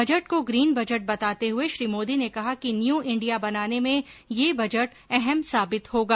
budget को green budget बताते हुए श्री मोदी ने कहा कि न्यू इंडिया बनाने में ये बजट अहम साबित होगा